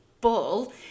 ball